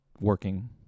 working